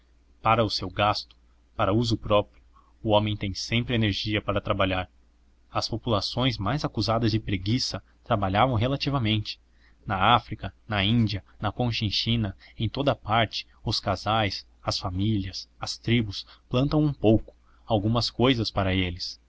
para o seu gasto para uso próprio o homem tem sempre energia para trabalhar relativamente na áfrica na índia na cochinchina em toda a parte os casais as famílias as tribos plantam um pouco algumas cousas para eles